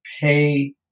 pay